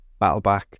Battleback